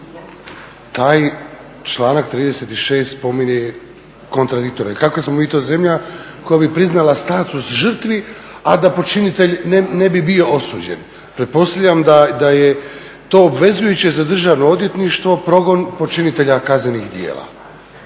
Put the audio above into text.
Taj članak 36. po meni je kontradiktoran. Kakva smo mi to zemlja koja bi priznala status žrtvi, a da počinitelj ne bi bio osuđen? Pretpostavljam da je to obvezujuće za Državno odvjetništvo, progon počinitelja kaznenih djela.